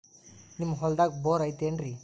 ನಿಮ್ಮ ಹೊಲ್ದಾಗ ಬೋರ್ ಐತೇನ್ರಿ?